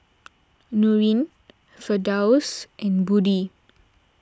Nurin Firdaus and Budi